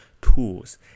tools